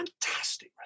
fantastic